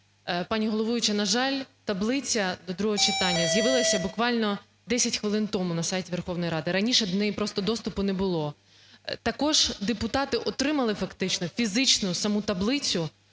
Пані головуюча, на жаль, таблиця до другого читання з'явилася буквально 10 хвилин тому на сайті Верховної Ради, раніше до неї просто доступу не було. Також депутати отримали фактично фізично саму таблицю